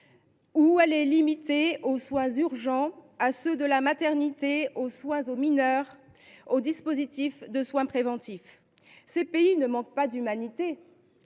où elle est limitée aux soins urgents, aux soins liés à la maternité, aux soins aux mineurs et aux dispositifs de soins préventifs. Ces pays ne manquent pas d’humanité,